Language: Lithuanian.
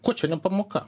ko čia ne pamoka